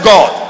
God